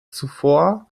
zuvor